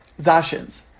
Zashins